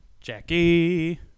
Jackie